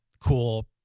cool